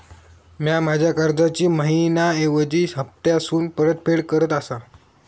म्या माझ्या कर्जाची मैहिना ऐवजी हप्तासून परतफेड करत आसा